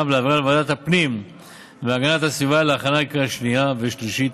ולהעבירה לוועדת הפנים והגנת הסביבה להכנה לקריאה שנייה ושלישית.